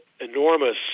enormous